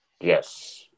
Yes